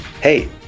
Hey